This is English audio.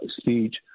speech